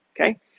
okay